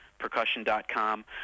percussion.com